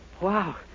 Wow